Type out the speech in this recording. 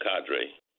cadre